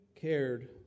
cared